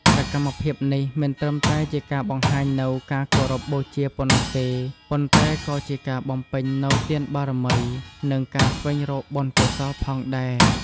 សកម្មភាពនេះមិនត្រឹមតែជាការបង្ហាញនូវការគោរពបូជាប៉ុណ្ណោះទេ ប៉ុន្តែក៏ជាការបំពេញនូវទានបារមី និងការស្វែងរកបុណ្យកុសលផងដែរ។